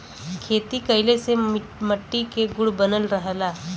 खेती कइले से मट्टी के गुण बनल रहला